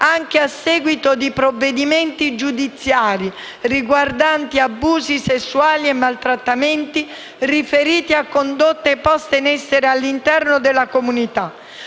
anche a seguito di provvedimenti giudiziari riguardanti abusi sessuali e maltrattamenti riferiti a condotte poste in essere all'interno della comunità.